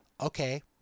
okay